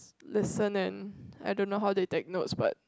listen and I don't know how they take notes but